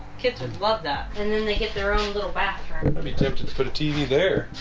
kids would love that and then they get their own little bathroom. i'll be tempted to put a tv there